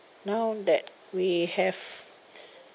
now that we have